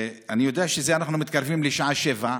אני יודע שאנחנו מתקרבים לשעה 19:00,